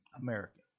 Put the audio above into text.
American